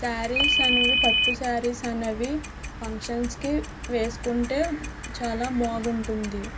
శారీస్ అనేవి పట్టు శారీస్ అనేవి ఫంక్షన్స్కి వేశుకుంటే చాలా బాగుంటుంది